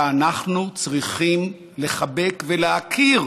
ואנחנו צריכים לחבק ולהכיר,